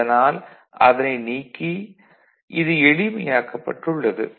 அதனால் அதனை நீக்கி இது எளிமையாக்கப்பட்டுள்ளது